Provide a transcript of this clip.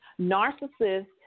narcissist